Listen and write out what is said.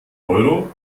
euro